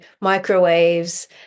microwaves